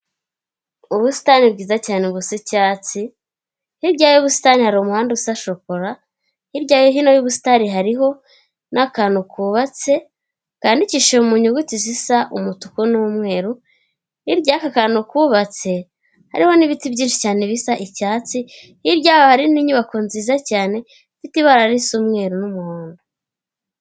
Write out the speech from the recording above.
Ubusitani bwiza cyane busa icyatsi hirya y'ubusitani hari umuhanda usa shokora, hirya no hino yu'busitani hariho n'akantu kubatse kandiikishije mu nyuguti zisa umutuku n'umweru, iyaka kantu kubatse hariho n'ibiti byinshi cyane bisa icyatsi hiryaho hari n' inyubako nziza cyane ifite ibara ri'mweru n'umuhondo.